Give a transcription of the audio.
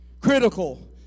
Critical